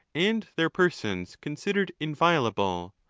and their persons con sidered inviolable,